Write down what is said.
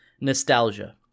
Nostalgia